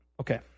Okay